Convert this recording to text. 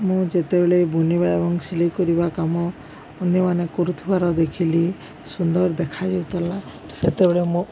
ମୁଁ ଯେତେବେଳେ ବୁଣିବା ଏବଂ ସିଲେଇ କରିବା କାମ ଅନ୍ୟମାନେ କରୁଥିବାର ଦେଖିଲି ସୁନ୍ଦର ଦେଖାଯାଉଥିଲା ସେତେବେଳେ ମୁଁ